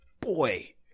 boy